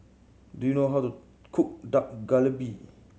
do you know how to cook Dak Galbi